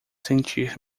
sentir